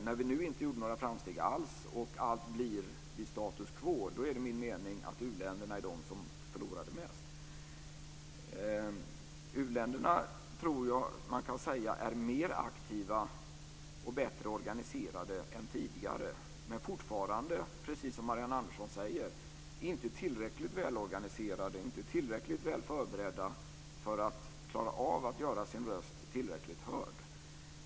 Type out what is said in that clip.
När vi nu inte gjorde några framsteg och allt blir vid status quo är det min mening att u-länderna är de som förlorade mest. Jag tror att man kan säga att u-länderna är mer aktiva och bättre organiserade än tidigare. Men de är fortfarande, precis som Marianne Andersson säger, inte tillräckligt välorganiserade och väl förberedda för att klara av att göra sin röst tillräckligt hörd.